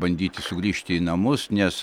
bandyti sugrįžti į namus nes